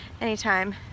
anytime